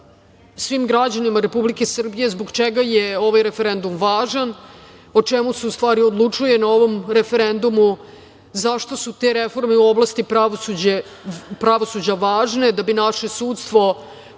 svim građanima Republike Srbije zbog čega je ovaj referendum važan, o čemu se u stvari odlučuje na ovom referendumu, zašto su te reforme u oblasti pravosuđa važne. Da bi naše sudstvo